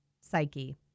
Psyche